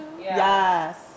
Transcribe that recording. Yes